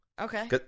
Okay